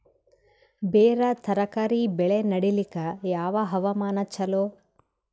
ಬೇರ ತರಕಾರಿ ಬೆಳೆ ನಡಿಲಿಕ ಯಾವ ಹವಾಮಾನ ಚಲೋ?